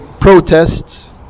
protests